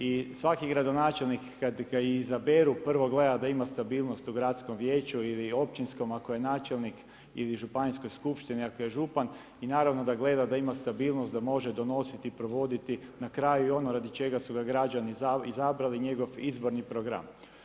I svaki gradonačelnik kada ga i izaberu prvo gleda da ima stabilnost u gradskom vijeću ili općinskom ako je načelnik ili županijskoj skupštini ako je župan i naravno da gleda da ima stabilnost, da može donositi i provoditi, na kraju i ono radi čega su ga građani izabrali, njegov izborni program.